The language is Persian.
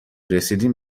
رسیدین